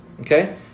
Okay